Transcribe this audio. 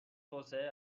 توسعه